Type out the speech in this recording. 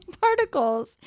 particles